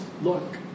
look